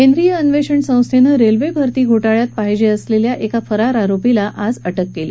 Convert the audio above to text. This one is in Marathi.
केंद्रीय अन्वेषण संस्थेनं रेल्वेभरती घोटाळ्यात पाहिजे असलेल्या एका फरार आरोपीला आज अटक केली